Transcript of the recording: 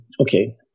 okay